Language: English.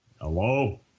Hello